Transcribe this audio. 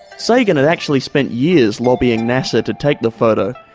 sagan had actually spent years lobbying nasa to take the photo.